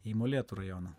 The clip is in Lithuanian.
į molėtų rajoną